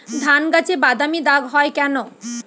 ধানগাছে বাদামী দাগ হয় কেন?